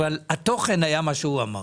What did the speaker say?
אבל התוכן היה מה שהוא אמר,